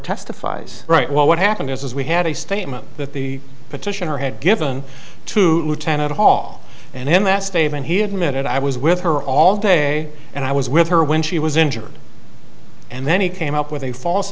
testifies right well what happened is we had a statement that the petitioner had given to ted hall and in that statement he admitted i was with her all day and i was with her when she was injured and then he came up with a false